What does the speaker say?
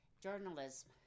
journalism